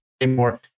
anymore